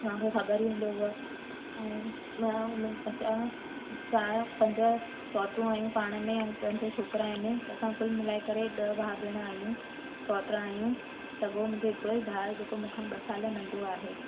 तव्हांखे ख़बर ई हूंदी उहा ऐं मां ऐं मूं असां चारि पंज सौठरूं आहियूं ऐं पंज छोकिरा आहिनि असां कुल मिलाए करे ॾह भाउ भेण आहियूं सौठर आहियूं सॻो मुंहिंजो हिकिड़ो ही भाउ आहे जेको मूंखां ॿ साल नंढो आहे